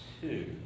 two